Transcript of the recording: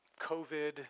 COVID